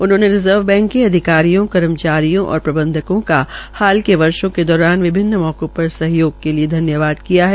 उन्होंने reserve bank के अधिकारियों कर्मचारियों और प्रबंधकों का हाल के वर्षो के दौरान विभिन्न मौकों पर सहयोग के लिये धन्यवाद किया है